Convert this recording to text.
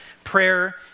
Prayer